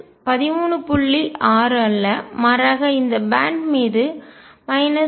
6 அல்ல மாறாக இந்த பேன்ட் பட்டை மீது 13